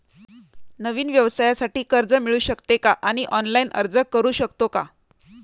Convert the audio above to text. नवीन व्यवसायासाठी कर्ज मिळू शकते का आणि ऑनलाइन अर्ज करू शकतो का?